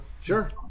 Sure